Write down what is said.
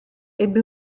ebbe